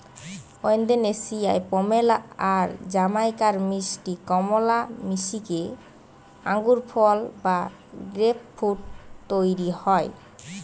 ওন্দোনেশিয়ার pomelo আর জামাইকার মিষ্টি কমলা মিশিকি আঙ্গুরফল বা গ্রেপফ্রূট তইরি হয়